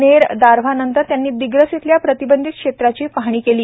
नेर दारव्हा नंतर त्यांनी दिग्रस येथील प्रतिबंधित क्षेत्राची पाहणी केली